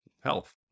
health